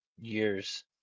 years